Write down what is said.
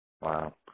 Wow